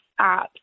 apps